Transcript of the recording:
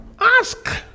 ask